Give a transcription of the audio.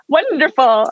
Wonderful